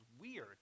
weird